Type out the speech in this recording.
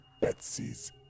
betsy's